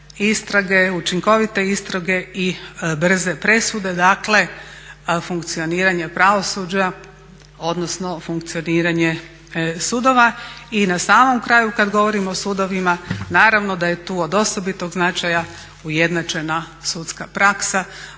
istrage, učinkovite istrage i brze presude. Dakle, funkcioniranje pravosuđa odnosno funkcioniranje sudova. I na samom kraju kad govorimo o sudovima naravno da je tu od osobitog značaja ujednačena sudska praksa.